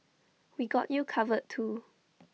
we got you covered too